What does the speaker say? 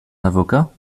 avocat